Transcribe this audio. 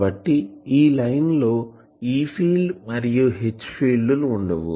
కాబట్టి ఈ లైన్ లో E ఫీల్డ్ మరియు H ఫీల్డ్ లు ఉండవు